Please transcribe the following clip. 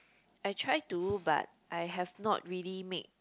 I try to but I have not really make